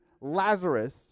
Lazarus